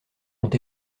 ont